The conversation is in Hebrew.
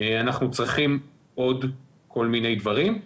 אנחנו צריכים עוד כל מיני דברים.